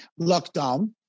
lockdown